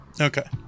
Okay